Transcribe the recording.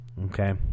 okay